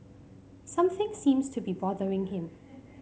something seems to be bothering him